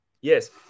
Yes